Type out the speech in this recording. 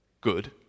good